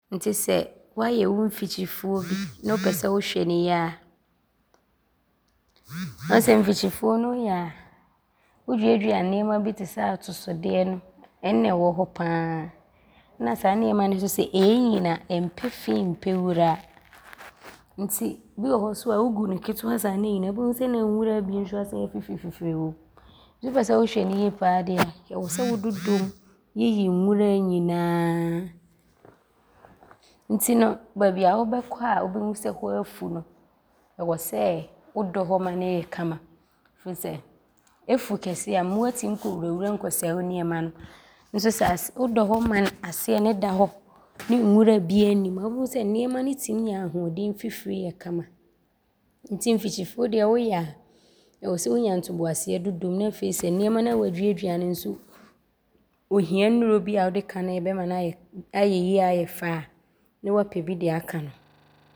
Nti sɛ woayɛ wo mfikyifuo bi ne wopɛ sɛ wohwɛ ne yie a, woahu sɛ mfikyifuo no woyɛ a, woduadua nnoɔma bi te sɛ atosodeɛ no, ɔno ne wɔ hɔ pa ara na saa nnoɔma no so no, ɔɔnyini a, ɔmpɛ fii mpɛ wuraa nti bi wɔ hɔ so a, wogu no nketewaa saa no ɔɔnyini a, wobɛhu sɛ ne nwuraa bi so asane afifiri wom. Wopɛ sɛ wohwɛ no yie pa ara deɛ a, ɔwɔ sɛ wododom yiyi nwuraa nyinaa nti no baabi a wobɛkɔ a, wobɛhu sɛ hɔ afu no, ɔwɔ sɛ wodɔ hɔ ma no yɛ kama firi sɛ, ɔfu kɛseɛ a mmoa tim kɔwurawura mu kɔsɛe wo nnoɔma no nso sɛ wodɔ hɔ ma aseɛ no da hɔ ne nwura biaa nnim a, wobɛhu sɛ nnoɔma no tim nya ahoɔden fifiri kama nti mfikyifuo deɛ woyɛ a, ɔwɔ sɛ wonya ntoboaseɛ dodom ne afei sɛ nnoɔma no a woaduadua no nso ohia nnuro bi a wode ka no a ɔbɛma no ayɛ yie ayɛ fɛ a, ne woapɛ bi de aka no.